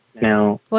Now